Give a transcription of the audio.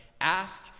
ask